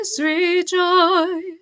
rejoice